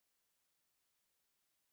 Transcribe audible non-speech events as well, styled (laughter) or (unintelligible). (unintelligible)